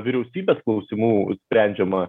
vyriausybės klausimų sprendžiama